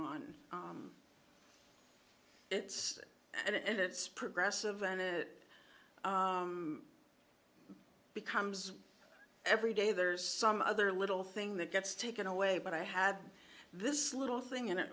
on it's and it's progressive and it becomes every day there's some other little thing that gets taken away but i had this little thing and it